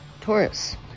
Taurus